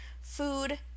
food